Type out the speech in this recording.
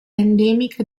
endemica